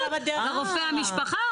לרופא המשפחה,